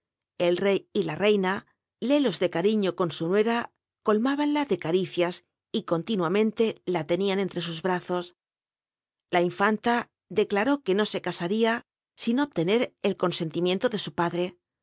el rcr y la reina lelo de cariño con su nuera colmábanle de caricias y continuamente la lcnian entre sus brazos la infanta declaró que no se ca aria sin obtener el biblioteca nacional de españa onscutimitntn fi u padre